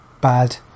bad